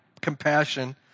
compassion